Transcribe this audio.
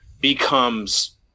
Becomes